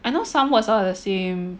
I know some will sound like the same